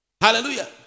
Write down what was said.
Hallelujah